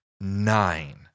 nine